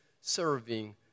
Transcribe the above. serving